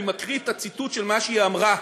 אני מקריא את הציטוט של מה שהיא אמרה.